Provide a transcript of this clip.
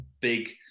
big